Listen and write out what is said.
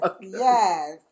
yes